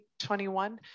2021